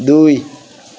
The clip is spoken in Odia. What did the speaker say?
ଦୁଇ